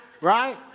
right